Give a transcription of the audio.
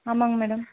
ஆமாங்க மேடம்